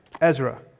Ezra